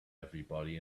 everybody